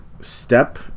step